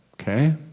okay